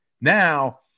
Now